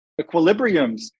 equilibriums